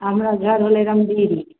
आ हमरा घर होलै रंगबिरि